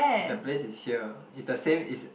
the place is here it's the same is